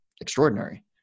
extraordinary